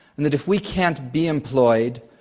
and that if we can't be employed,